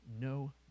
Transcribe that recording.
no